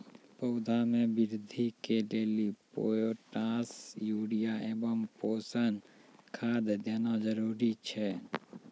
पौधा मे बृद्धि के लेली पोटास यूरिया एवं पोषण खाद देना जरूरी छै?